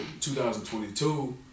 2022